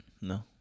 No